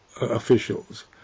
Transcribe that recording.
officials